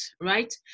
right